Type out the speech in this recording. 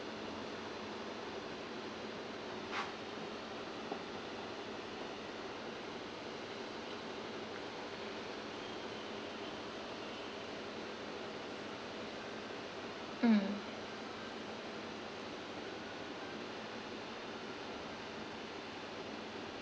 um